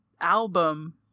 album